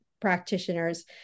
practitioners